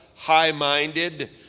high-minded